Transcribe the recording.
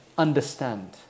understand